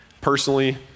personally